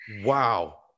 wow